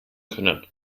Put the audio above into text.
können